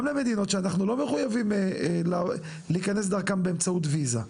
גם למדינות שאנחנו לא מחויבים להיכנס דרכם באמצעות וויזה.